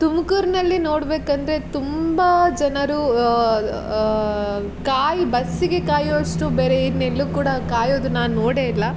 ತುಮ್ಕೂರಿನಲ್ಲಿ ನೋಡಬೇಕಂದ್ರೆ ತುಂಬ ಜನರು ಕಾಯೋ ಬಸ್ಸಿಗೆ ಕಾಯೋ ಅಷ್ಟು ಬೇರೆ ಇನ್ನೆಲ್ಲೂ ಕೂಡ ಕಾಯೋದು ನಾನು ನೋಡೇ ಇಲ್ಲ